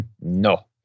No